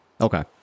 Okay